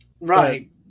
Right